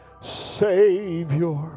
Savior